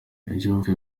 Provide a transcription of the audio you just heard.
iby’ubukwe